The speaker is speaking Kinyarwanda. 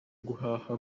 guhaha